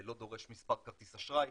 לא דורש מספר כרטיס אשראי,